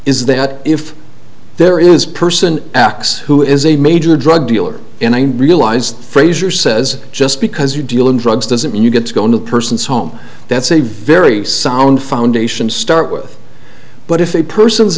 is that if there is person x who is a major drug dealer and i realized frazier says just because you're dealing drugs doesn't mean you get to go into the person's home that's a very sound foundation start with but if a person